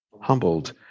Humbled